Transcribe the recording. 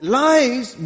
lies